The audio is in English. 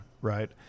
right